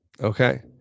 Okay